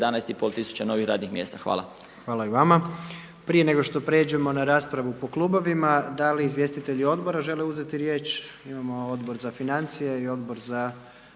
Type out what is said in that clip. i 11,5 tisuća novih radnih mjesta. Hvala. **Jandroković, Gordan (HDZ)** Hvala i vama. Prije nešto što prijeđemo na raspravu po klubovima, da li izvjestitelji odbora žele uzeti riječ, imamo Odbor za financije i Odbor za